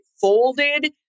folded